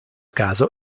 caso